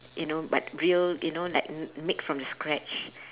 you know but real you know like m~ make from the scratch